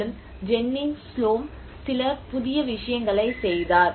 மேலும் ஜென்னி ஸ்ஹோல்ம் சில புதிய விஷயங்களைச் செய்தார்